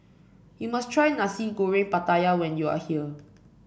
you must try Nasi Goreng Pattaya when you are here